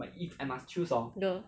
girl